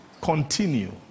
continue